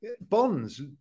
bonds